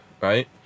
right